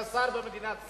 כשר במדינת ישראל.